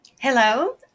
Hello